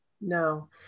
No